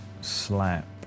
slap